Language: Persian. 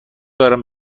دارم